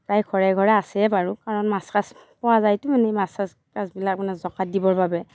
প্ৰায় ঘৰে ঘৰে আছেই বাৰু কাৰণ মাছ কাছ পোৱা যায়তো মানে মাছ চাছ কাছবিলাক মানে দিবৰ বাবে